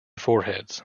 foreheads